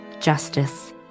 justice